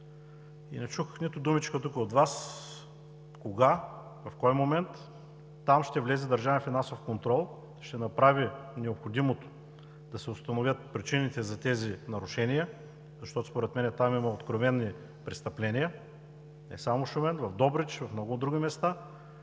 Не чух нито думичка от Вас кога, в кой момент там ще влезе „Държавен финансов контрол“, ще направи необходимото да се установят причините за тези нарушения, защото според мен там има откровени престъпления, не само в Шумен, в Добрич, в много други места,